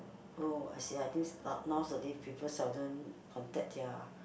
oh I see I think nowadays people seldom contact their